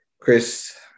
Chris